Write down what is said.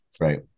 Right